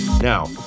now